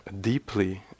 deeply